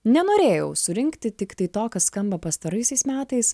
nenorėjau surinkti tiktai to kas skamba pastaraisiais metais